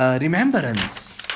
remembrance